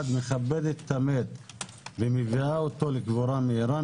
מכבדת את המת ומביאה אותו לקבורה מהירה,